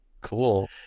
Cool